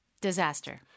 Disaster